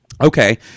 Okay